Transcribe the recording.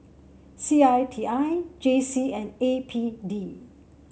C I T I J C and A P D